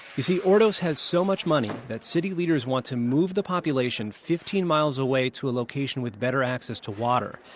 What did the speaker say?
you see, ordos has so much money that city leaders want to move the population fifteen miles away to a location with better access to water.